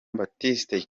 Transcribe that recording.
baptiste